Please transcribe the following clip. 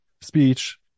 speech